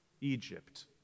Egypt